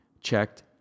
checked